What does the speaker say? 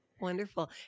Wonderful